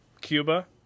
Cuba